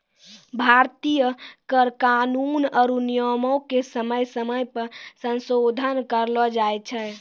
भारतीय कर कानून आरु नियमो के समय समय पे संसोधन करलो जाय छै